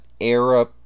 era